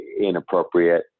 inappropriate